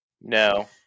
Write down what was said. no